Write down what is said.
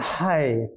Hi